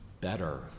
better